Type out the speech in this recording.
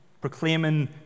proclaiming